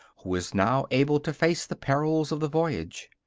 who is now able to face the perils of the voyage.